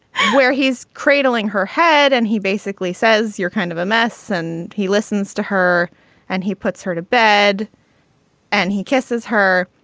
where he's cradling her head and he basically says you're kind of a mess and he listens to her and he puts her to bed and he kisses her.